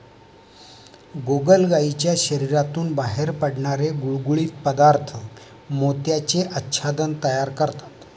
गोगलगायीच्या शरीरातून बाहेर पडणारे गुळगुळीत पदार्थ मोत्याचे आच्छादन तयार करतात